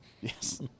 Yes